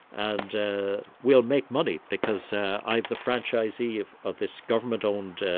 and we'll make money because i'm the franchisee of of this government-owned and